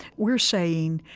we're saying,